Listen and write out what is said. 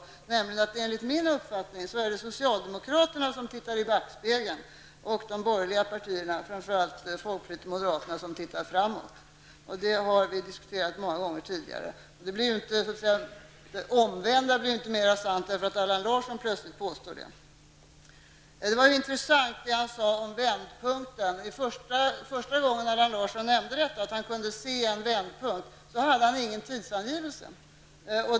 Det är nämligen också enligt min uppfattning socialdemokraterna som tittar i backspegeln och de borgerliga partierna, framför allt folkpartiet och moderaterna, som tittar framåt. Det har vi diskuterat många gånger tidigare. Det omvända blir inte mer sant för att Allan Larsson plötsligt påstår det. Det han sade om vändpunkten var intressant. Första gången Allan Larsson nämnde att han kunde se en vändpunkt gjorde han ingen tidsangivelse.